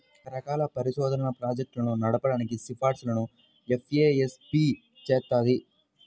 రకరకాల పరిశోధనా ప్రాజెక్టులను నడపడానికి సిఫార్సులను ఎఫ్ఏఎస్బి చేత్తది